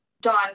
Don